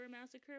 massacre